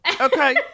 okay